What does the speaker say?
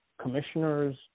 commissioner's